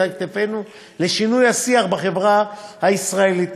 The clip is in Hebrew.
על כתפינו לשינוי השיח בחברה הישראלית,